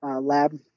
lab